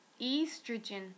estrogen